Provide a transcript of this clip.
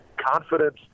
confidence